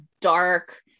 dark